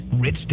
Rich